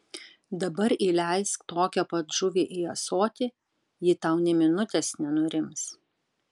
dabar įleisk tokią pat žuvį į ąsotį ji tau nė minutės nenurims